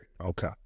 Okay